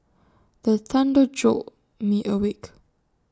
the thunder jolt me awake